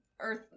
earth